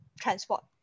transport